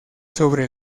sobre